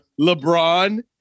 LeBron